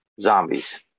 zombies